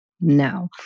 No